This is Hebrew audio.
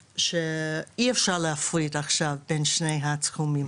שאי אפשר להפריד עכשיו בין שני התחומים.